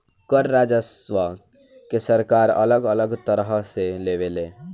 कर राजस्व के सरकार अलग अलग तरह से लेवे ले